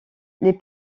les